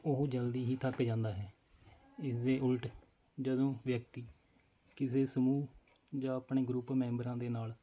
ਉਹ ਜਲਦੀ ਹੀ ਥੱਕ ਜਾਂਦਾ ਹੈ ਇਸਦੇ ਉਲਟ ਜਦੋਂ ਵਿਅਕਤੀ ਕਿਸੇ ਸਮੂਹ ਜਾਂ ਆਪਣੇ ਗਰੁੱਪ ਮੈਂਬਰਾਂ ਦੇ ਨਾਲ